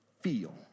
feel